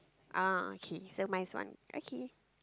ah okay so nice one okay